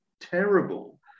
terrible